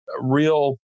real